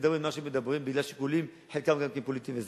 ומדברים על מה שהם מדברים בגלל שיקולים שחלקם גם כן פוליטיים וזרים.